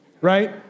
right